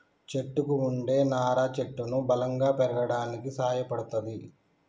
చెట్టుకు వుండే నారా చెట్టును బలంగా పెరగడానికి సాయపడ్తది